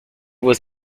was